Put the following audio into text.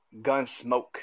Gunsmoke